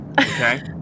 Okay